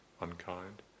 unkind